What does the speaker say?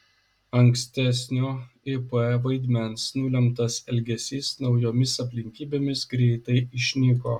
ankstesnio ip vaidmens nulemtas elgesys naujomis aplinkybėmis greitai išnyko